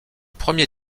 premier